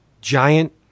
giant